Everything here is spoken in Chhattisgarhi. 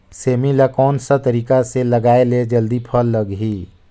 सेमी ला कोन सा तरीका से लगाय ले जल्दी फल लगही?